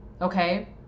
okay